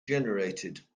generated